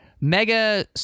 mega